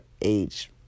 age